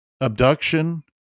abduction